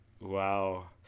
Wow